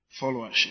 followership